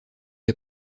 est